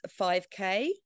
5K